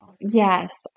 Yes